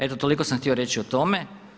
Eto toliko sam htio reći o tome.